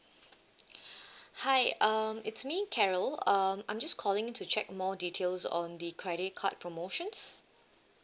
hi um it's me carrol um I'm just calling to check more details on the credit card promotions